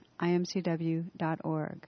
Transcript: imcw.org